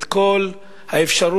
את כל האפשרות,